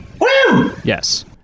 Yes